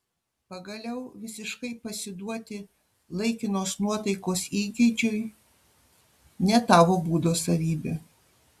pagaliau visiškai pasiduoti laikinos nuotaikos įgeidžiui ne tavo būdo savybė